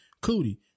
Cootie